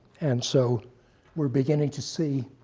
and so we're beginning to see